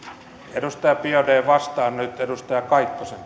edustaja biaudet vastaan nyt edustaja kaikkosen